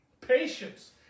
Patience